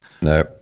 No